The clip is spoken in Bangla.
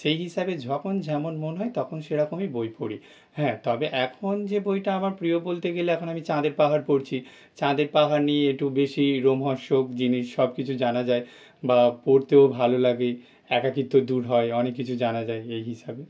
সেই হিসাবে যখন যেমন মনে হয় তখন সেরকমই বই পড়ি হ্যাঁ তবে এখন যে বইটা আমার প্রিয় বলতে গেলে এখন আমি চাঁদের পাহাড় পড়ছি চাঁদের পাহাড় নিয়ে একটু বেশি রোমহর্ষক জিনিস সব কিছু জানা যায় বা পড়তেও ভালো লাগে একাকীত্ব দূর হয় অনেক কিছু জানা যায় এই হিসাবে